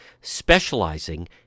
specializing